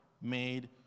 made